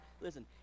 Listen